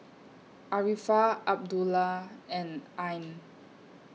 Arifa Abdullah and Ain